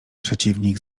przeciwnik